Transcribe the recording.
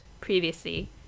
previously